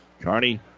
Carney